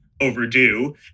overdue